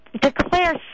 declare